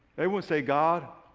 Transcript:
everyone say god,